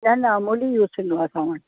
अमूल ई यूज़ थींदो आहे असां वटि